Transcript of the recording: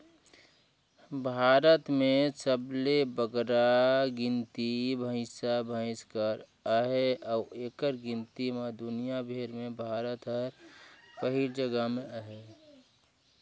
भारत में सबले बगरा गिनती भंइसा भंइस कर अहे अउ एकर गिनती में दुनियां भेर में भारत हर पहिल जगहा में अहे